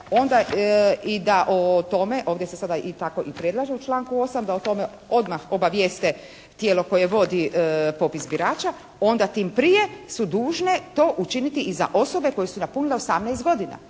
onda i da o tome, ovdje se sada i tako predlaže u članku 8. da o tome odmah obavijeste tijelo koje vodi popis birača onda tim prije su dužne to učiniti i za osobe koje su napunile 18 godina.